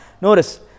Notice